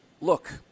look